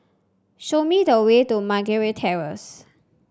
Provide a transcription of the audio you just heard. show me the way to Meragi Terrace